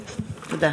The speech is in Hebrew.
תודה.